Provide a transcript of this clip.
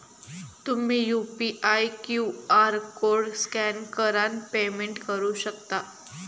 तुम्ही UPI QR code scan करान payment करू शकता